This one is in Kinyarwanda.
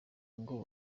ngo